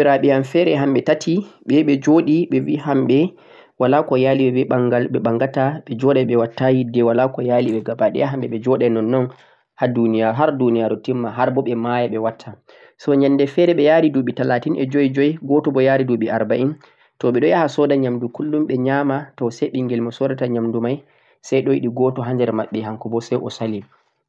woodi soobiraaɓe am hamɓe tati ɓe yahi ɓe jooɗi, ɓe bi hamɓe walaa ko ya'li ɓe be ɓanngal, ɓe manngata ɓe joɗay ɓe watta yidde, walaa ko ya'li ɓe gabaɗaya ɓe joɗay nonnon har duuniyaaru timma har bo ɓe maya ɓewatta, so nyannde feere ɓe ya'ri duuɓi talatin e joyi joyi, gooto bo ya'ri duuɓi arba'in, to ɓe ɗo yaha sooda nyaamndu killum ɓe nyaama, to say ɓinngel mo soorata nyaamndu may say ɗo yiɗi go'to ha nder maɓɓe hanko bo say o sali,